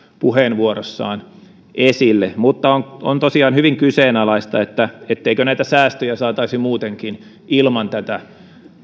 puheenvuorossaan esille mutta on tosiaan hyvin kyseenalaista etteikö näitä säästöjä saataisi muutenkin ilman tätä